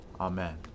Amen